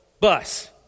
bus